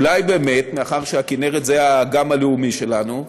אולי באמת, מאחר שהכינרת היא האגם הלאומי שלנו,